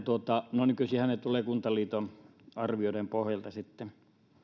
arvioitiin nykyisinhän ne tulevat kuntaliiton arvioiden pohjalta